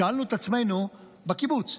שאלנו את עצמנו בקיבוץ,